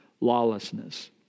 lawlessness